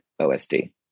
OSD